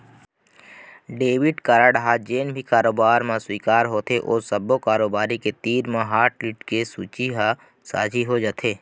debit card ह जेन भी कारोबार म स्वीकार होथे ओ सब्बो कारोबारी के तीर म हाटलिस्ट के सूची ह साझी हो जाथे